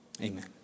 Amen